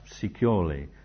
securely